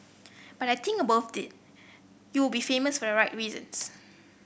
but I think about it you will be famous for a right reasons